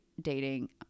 dating